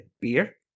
beer